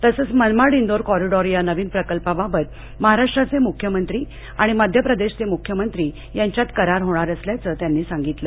तसचं मनमाड इंदोर कॉरिडॉर या नवीन प्रकल्पाबाबत महाराष्ट्राचे मुख्यमंत्री आणि मध्य प्रदेशचे मुख्यमंत्री यांच्यात करार होणार असल्याचं त्यानी सांगितलं